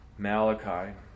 Malachi